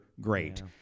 great